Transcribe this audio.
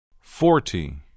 forty